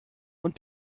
und